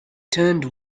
turned